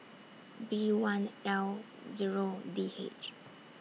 B one L Zero D H